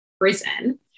prison